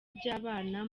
ry’abana